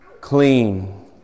clean